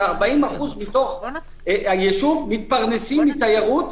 40% מהיישוב מתפרנסים מתיירות,